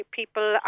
people